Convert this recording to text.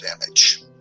damage